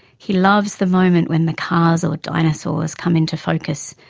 he loves the moment when the cars or dinosaurs come into focus.